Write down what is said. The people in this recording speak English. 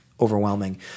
overwhelming